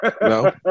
No